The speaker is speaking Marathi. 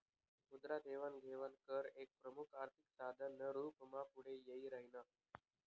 मुद्रा देवाण घेवाण कर एक प्रमुख आर्थिक साधन ना रूप मा पुढे यी राह्यनं